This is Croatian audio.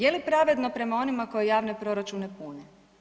Je li pravedno prema onima koji javne proračune pune?